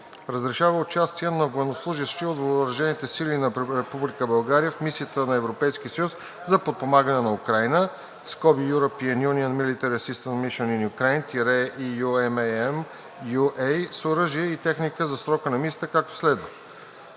Разрешава участие на военнослужещи от въоръжените сили на Република България в Мисията на Европейския съюз за подпомагане на Украйна (European Union Military Assistance Mission in Ukraine – EUMAM UA) c оръжие и техника за срока на мисията, както следва: